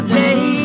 day